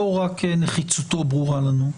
לא רק נחיצותו ברורה לנו.